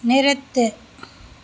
நிறுத்து